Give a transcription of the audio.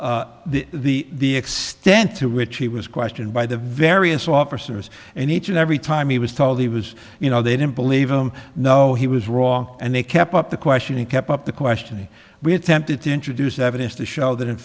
in the brief the extent to which he was questioned by the various officers and each and every time he was told he was you know they didn't believe him no he was wrong and they kept up the questioning kept up the questioning we attempted to introduce evidence to show that in